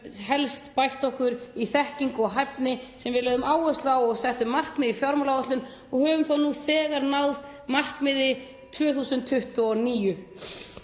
helst bætt okkur í þekkingu og hæfni, sem við lögðum áherslu á og settum markmið um í fjármálaáætlun og höfum nú þegar náð markmiði